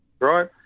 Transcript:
Right